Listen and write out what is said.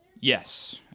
Yes